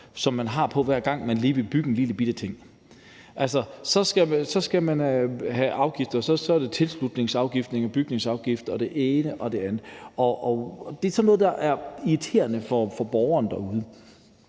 der er, hver gang folk lige vil bygge en lillebitte ting. Altså, så er der afgifter: tilslutningsafgifter, bygningsafgifter og det ene og det andet. Det er sådan noget, der er irriterende for borgeren derude.